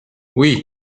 oui